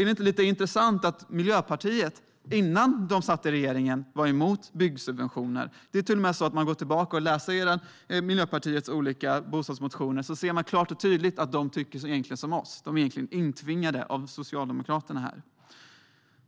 Är det inte lite intressant att Miljöpartiet, innan de satt i regeringen, var emot byggsubventioner? Det är till och med så att om man går tillbaka och läser Miljöpartiets olika bostadsmotioner ser man klart och tydligt att Miljöpartiet egentligen tycker som vi. De är intvingade av Socialdemokraterna i detta.